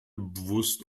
bewusst